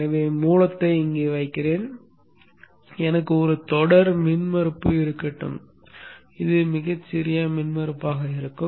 எனவே மூலத்தை இங்கே வைக்கிறேன் எனக்கு ஒரு தொடர் மின்மறுப்பு இருக்கட்டும் இது மிகச் சிறிய மின்மறுப்பாக இருக்கும்